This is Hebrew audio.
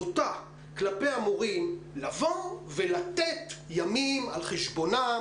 הבוטה כלפי המורים לבוא ולתת ימים על חשבונם